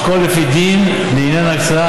לשקול לפי דין לעניין ההקצאה,